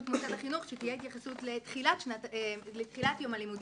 מוסד החינוך שתהיה התייחסות לתחילת יום הלימודים,